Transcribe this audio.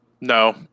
No